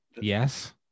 Yes